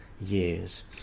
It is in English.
years